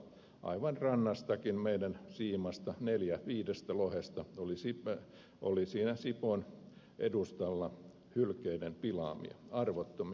aivan rannassakin meidän siimassamme neljä viidestä lohesta oli siinä sipoon edustalla hylkeiden pilaamia arvottomia